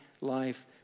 life